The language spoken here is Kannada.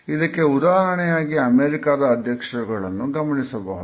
ಇದಕ್ಕೆ ಉದಾಹರಣೆಯಾಗಿ ಅಮೆರಿಕಾದ ಅಧ್ಯಕ್ಷರುಗಳನ್ನು ಗಮನಿಸಬಹುದು